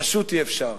פשוט אי-אפשר.